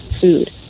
food